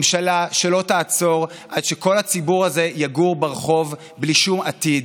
ממשלה שלא תעצור עד שכל הציבור הזה יגור ברחוב בלי שום עתיד.